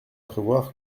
prévoir